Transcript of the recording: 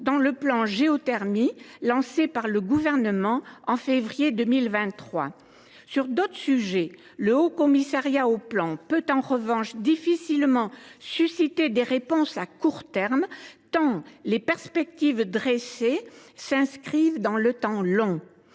de la géothermie lancé par le Gouvernement au mois de février 2023. Sur d’autres sujets, le Haut Commissariat au plan et à la prospective peut en revanche difficilement formuler des réponses à court terme, tant les perspectives dressées s’inscrivent dans le temps long.